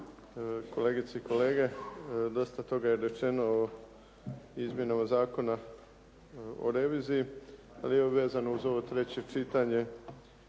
Kolegice i kolege dosta toga je rečeno o izmjenama Zakona o reviziji, ali evo vezano uz ovo treće čitanje